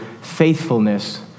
faithfulness